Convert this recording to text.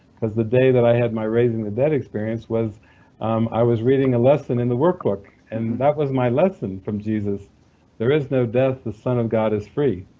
because the day that i had my raising-the-dead experience um i was reading a lesson in the workbook, and that was my lesson from jesus there is no death, the son of god is free.